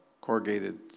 corrugated